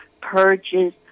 purges